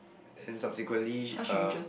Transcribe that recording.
then subsequently she uh